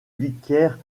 vicaire